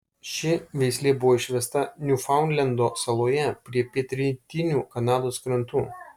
ši veislė buvo išvesta niufaundlendo saloje prie pietrytinių kanados krantų